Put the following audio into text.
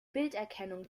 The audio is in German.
bilderkennung